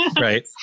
Right